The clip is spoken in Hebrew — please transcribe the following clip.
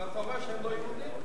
אם אתה אומר שהם לא יהודים?